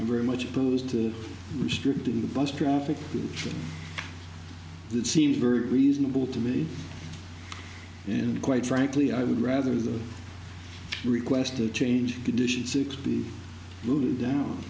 very much opposed to restricting the bus traffic it seems very reasonable to me and quite frankly i would rather the requested change condition six be routed down